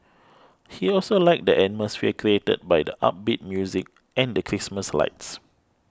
he also liked the atmosphere created by the upbeat music and the Christmas lights